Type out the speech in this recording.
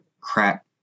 crack